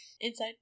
Inside